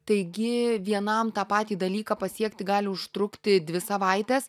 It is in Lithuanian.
taigi vienam tą patį dalyką pasiekti gali užtrukti dvi savaites